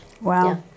wow